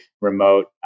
remote